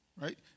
Right